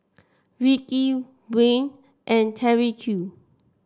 Ricki Wayne and Tyrique